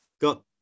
got